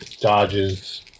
dodges